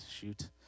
shoot